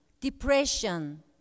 depression